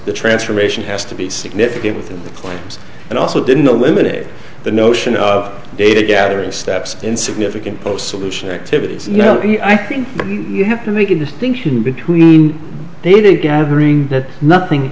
the transformation has to be significant within the claims and also didn't the limited the notion of data gathering steps in significant post solution activities no i think you have to make a distinction between they did gathering that nothing